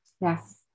Yes